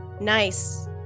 nice